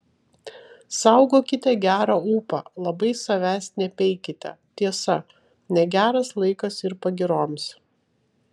saugokite gerą ūpą labai savęs nepeikite tiesa negeras laikas ir pagyroms